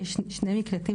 יש שני מקלטים,